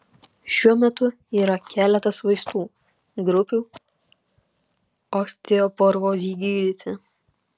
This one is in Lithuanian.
šiuo metu yra keletas vaistų grupių osteoporozei gydyti